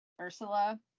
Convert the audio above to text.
Ursula